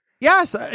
Yes